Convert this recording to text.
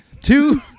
Two